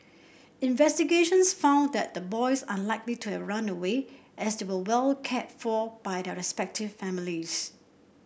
investigations found that the boys unlikely to have run away as they were well cared for by their respective families